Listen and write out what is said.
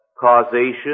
causation